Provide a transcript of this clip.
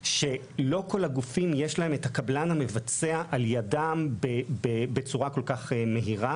לא לכל הגופים יש את הקבלן המבצע על ידם בצורה כל כך מהירה,